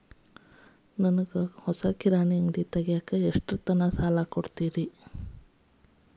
ನನಗ ಕಿರಾಣಿ ಅಂಗಡಿ ತಗಿಯಾಕ್ ಎಷ್ಟ ಸಾಲ ಕೊಡ್ತೇರಿ?